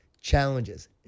challenges